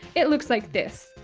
it looks like this.